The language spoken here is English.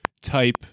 type